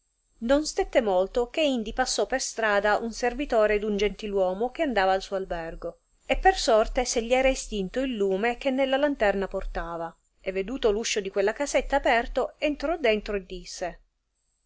non stette molto che indi passò per strada un servitore d un gentil uomo che andava al suo albergo e per sorte se gli era estinto il lume che nella lanterna portava e veduto l'uscio di quella casetta aperto entrò dentro e disse